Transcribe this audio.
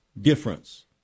difference